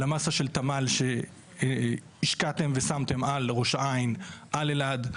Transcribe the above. למסה של תמ"ל שהשקעתם ושמתם על ראש העין על אלעד,